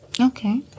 Okay